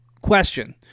question